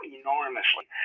enormously